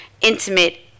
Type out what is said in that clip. intimate